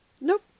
Nope